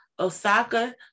Osaka